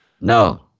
No